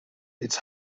its